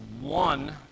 one